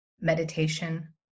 meditation